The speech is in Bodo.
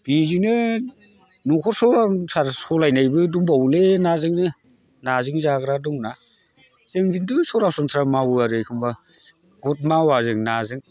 बिजोंनो न'खर संसार सलायनायबो दंबावोलै नाजोंनो नाजों जाग्रा दंना जों खिन्थु सरासनस्रा मावो आरो एखमब्ला गद मावा जों नाजों